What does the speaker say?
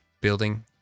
building